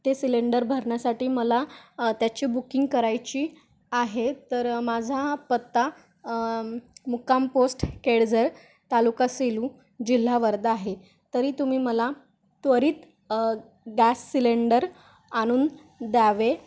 ते सिलेंडर भरण्यासाठी मला त्याची बुकिंग करायची आहे तर माझा पत्ता मुक्काम पोस्ट केळझर तालुका सेलू जिल्हा वर्धा आहे तरी तुम्ही मला त्वरित गॅस सिलेंडर आणून द्यावे